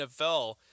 NFL